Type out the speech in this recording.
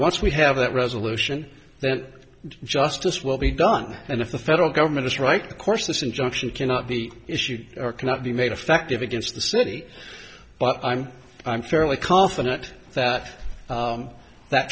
once we have that resolution that justice will be done and if the federal government is right course this injunction cannot be issued or cannot be made effective against the city but i'm i'm fairly confident that that